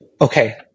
okay